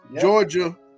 Georgia